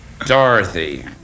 Dorothy